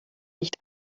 nicht